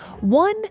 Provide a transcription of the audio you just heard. One